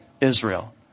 Israel